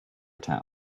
town